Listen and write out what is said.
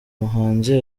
muhanzi